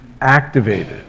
activated